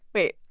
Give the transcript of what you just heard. wait.